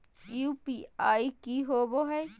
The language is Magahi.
यू.पी.आई की होबो है?